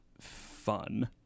fun